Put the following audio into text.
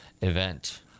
event